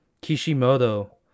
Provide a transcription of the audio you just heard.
Kishimoto